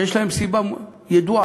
שיש להן סיבה ידועה: